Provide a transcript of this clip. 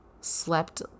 slept